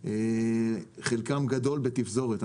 חלקם הגדול בתפזורת.